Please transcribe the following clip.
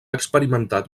experimentat